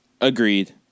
agreed